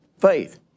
faith